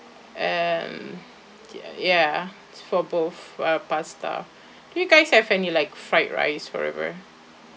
um ya ya for both uh pasta do you guys have any like fried rice whatever